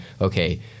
okay